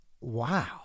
Wow